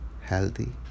healthy